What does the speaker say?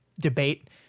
debate